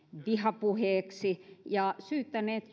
vihapuheeksi ja syyttäneet